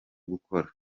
gukora